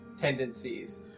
tendencies